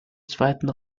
zweiten